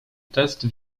test